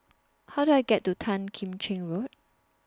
How Do I get to Tan Kim Cheng Road